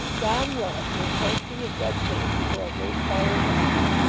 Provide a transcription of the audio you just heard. john willet, who was toasting his red face before a great fire in the bar,